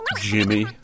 Jimmy